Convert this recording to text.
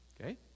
okay